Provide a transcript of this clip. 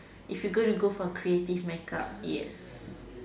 if you gonna go for creative makeup yes